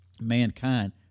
mankind